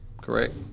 Correct